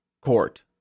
court